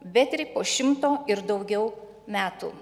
bet ir po šimto ir daugiau metų